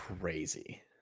crazy